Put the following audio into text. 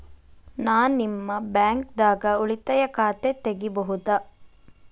ನಾ ನಿಮ್ಮ ಬ್ಯಾಂಕ್ ದಾಗ ಉಳಿತಾಯ ಖಾತೆ ತೆಗಿಬಹುದ?